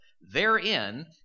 Therein